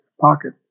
pocket